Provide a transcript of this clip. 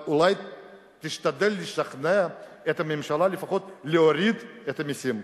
אבל אולי תשתדל לשכנע את הממשלה לפחות להוריד את המסים.